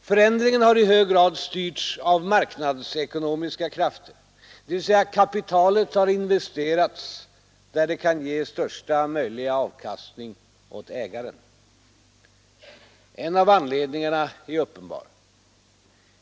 Förändringen har i hög grad styrts av marknadsekonomiska krafter, dvs. kapitalet har investerats där det kan ge största möjliga avkastning åt ägaren. En av anledningarna är uppenbar.